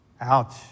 Ouch